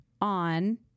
on